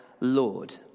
Lord